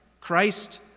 Christ